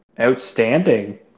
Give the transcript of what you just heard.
outstanding